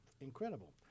incredible